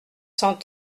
cent